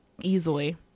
Easily